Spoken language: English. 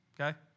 okay